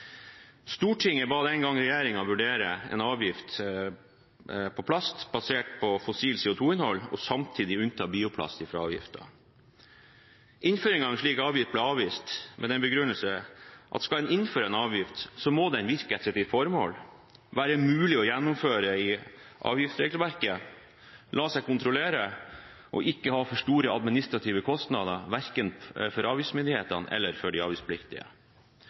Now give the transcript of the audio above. Stortinget ba den gangen regjeringen vurdere en avgift på plast basert på fossilt CO 2 -innhold og samtidig unnta bioplast fra avgiften. Innføringen av en slik avgift ble avvist med den begrunnelse at skal en innføre en avgift, må den virke etter et gitt formål, være mulig å gjennomføre i avgiftsregelverket, la seg kontrollere og ikke ha for store administrative kostnader, verken for avgiftsmyndighetene eller for de avgiftspliktige.